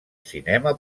cinema